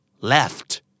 Left